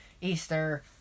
Easter